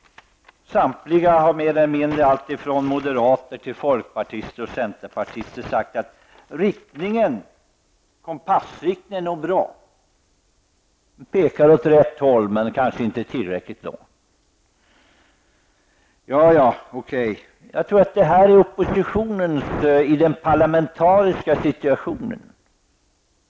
Samtliga partier, även moderaterna, folkpartiet och centerpartiet, har mer eller mindre sagt att riktningen på kompassen nog är bra. Den pekar åt rätt håll, men förslaget går kanske inte tillräckligt långt. Jag tror att det här är oppositionens sätt att uppträda i den parlamentariska situationen.